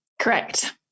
Correct